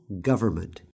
government